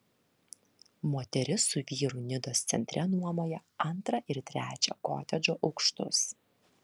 moteris su vyru nidos centre nuomoja antrą ir trečią kotedžo aukštus